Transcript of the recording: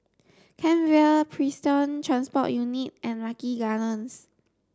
Kent Vale Prison Transport Unit and Lucky Gardens